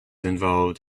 involved